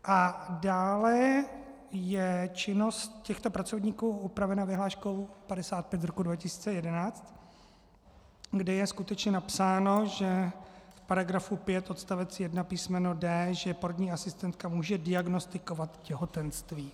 A dále je činnost těchto pracovníků upravena vyhláškou 55/2011, kde je skutečně napsáno v § 5 odst. 1 písm. d), že porodní asistentka může diagnostikovat těhotenství.